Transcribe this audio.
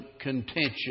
contention